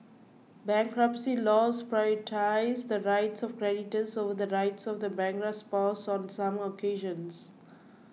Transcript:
bankruptcy laws prioritise the rights of creditors over the rights of the bankrupt's spouse on some occasions